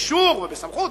באישור ובסמכות,